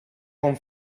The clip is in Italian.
con